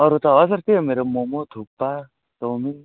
अरू त हजुर त्यही हो मेरो मोमो थुक्पा चाउमिन